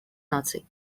наций